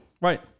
Right